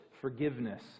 forgiveness